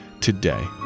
today